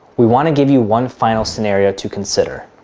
we want to give you one final scenario to consider.